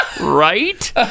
Right